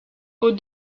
aux